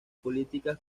políticas